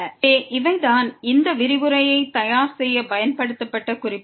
எனவே இவை தான் இந்த விரிவுரையை தயார் செய்ய பயன்படுத்தப்பட்ட குறிப்புகள்